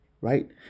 right